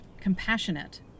compassionate